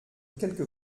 quelque